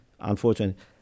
unfortunately